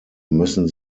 müssen